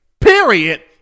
period